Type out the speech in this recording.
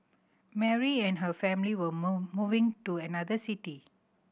Mary and her family were move moving to another city